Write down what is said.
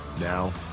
Now